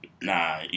Nah